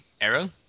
Arrow